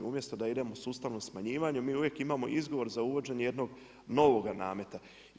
Umjesto da idemo sustavno smanjivanje mi uvijek imamo izgovor za uvođenje jednog novoga nameta.